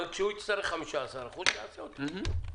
אבל כשהוא יצטרך 15% הוא יעשה את זה.